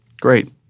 great